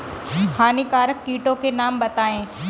हानिकारक कीटों के नाम बताएँ?